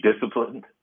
disciplined